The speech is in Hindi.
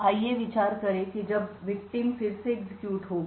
आइए विचार करें कि जब पीड़ित फिर से एग्जीक्यूट होगा